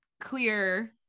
clear